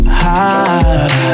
high